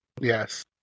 Yes